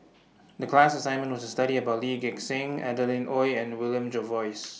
The class assignment was to study about Lee Gek Seng Adeline Ooi and William Jervois